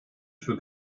für